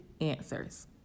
answers